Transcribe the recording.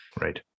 Right